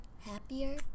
happier